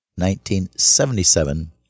1977